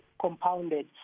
compounded